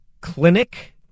clinic